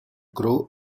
grow